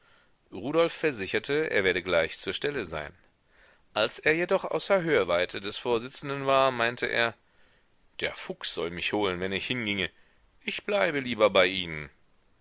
rudolf versicherte er werde gleich zur stelle sein als er jedoch außer hörweite des vorsitzenden war meinte er der fuchs soll mich holen wenn ich hinginge ich bleibe lieber bei ihnen